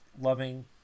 loving